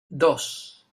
dos